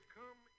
come